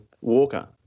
Walker